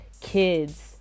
kids